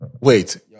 wait